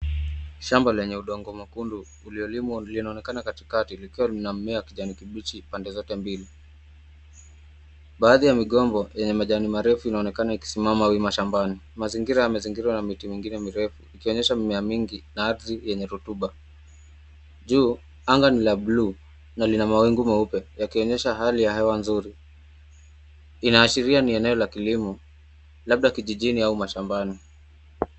Shamba lenye udongo mwekundu uliolimwa linaonekana katikati, likiwa a mmea wankijani kibichi pande zote mbili baadhi ya migomba yenye majani marefu inaonekana ikisimama wima shambani, mazingira yamezingirwa na miti mingine mirefu ikionyesha mimea mingi na ardhi yenye rotuba, juu anga ni la buluu na lina mawingu meupe, yakionyesha hali ya heqa nzuri, inaashiria ni eneo tulivu, labda kijijini au mashambani.